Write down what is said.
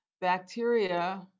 bacteria